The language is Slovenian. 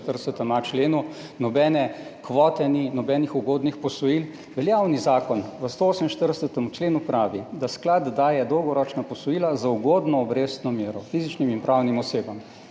členu, nobene kvote, ni nobenih ugodnih posojil. Veljavni zakon v 148. členu pravi, da sklad daje dolgoročna posojila z ugodno obrestno mero fizičnim in pravnim osebam.